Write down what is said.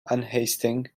unhasting